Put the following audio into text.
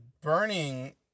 burning